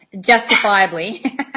justifiably